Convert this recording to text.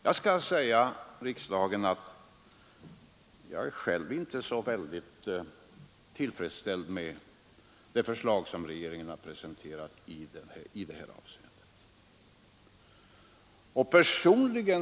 Jag skall säga riksdagen, att jag själv inte är så tillfredsställd med det förslag regeringen presenterat i detta avseende.